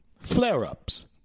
flare-ups